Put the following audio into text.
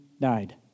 died